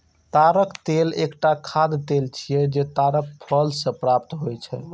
ताड़क तेल एकटा खाद्य तेल छियै, जे ताड़क फल सं प्राप्त होइ छै